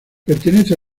pertenece